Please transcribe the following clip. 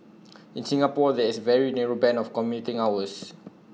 in Singapore there is A very narrow Band of commuting hours